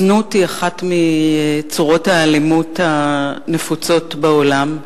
זנות היא אחת מצורות האלימות הנפוצות בעולם.